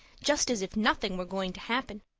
just as if nothing were going to happen.